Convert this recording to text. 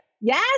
Yes